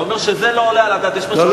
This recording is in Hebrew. מטעם הממשלה: הצעת חוק לתיקון פקודת מס הכנסה (מס' 179),